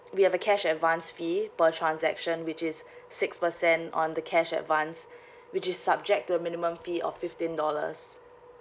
we have a cash advance fee per transaction which is six percent on the cash advance which is subject to a minimum fee of fifteen dollars